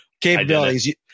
capabilities